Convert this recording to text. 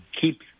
keep